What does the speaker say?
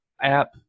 app